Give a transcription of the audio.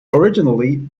originally